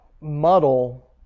muddle